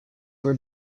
were